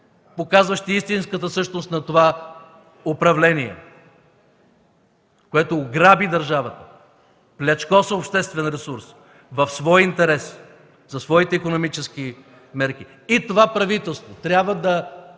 показващи истинската същност на това управление, което ограби държавата, плячкоса обществен ресурс в свой интерес, за своите икономически мерки. И това правителство трябва да